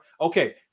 okay